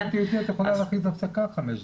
את יכולה להכריז על הפסקה של חמש דקות.